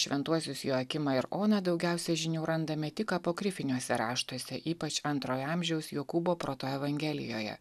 šventuosius joakimą ir oną daugiausia žinių randame tik apokrifiniuose raštuose ypač antrojo amžiaus jokūbo proto evangelijoje